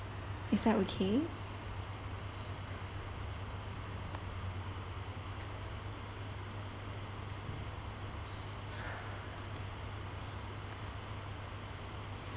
is that okay